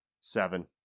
Seven